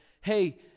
hey